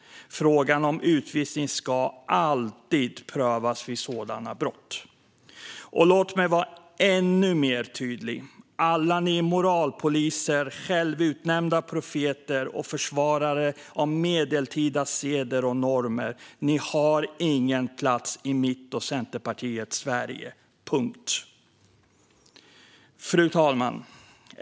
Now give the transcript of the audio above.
Frågan om utvisning ska alltid prövas vid sådana brott. Låt mig vara ännu tydligare! Alla ni moralpoliser, självutnämnda profeter och försvarare av medeltida seder och normer har ingen plats i mitt och Centerpartiets Sverige. Punkt. Fru talman!